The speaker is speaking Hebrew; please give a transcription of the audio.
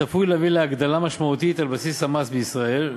צפוי להביא להגדלה משמעותית על בסיס המס בישראל,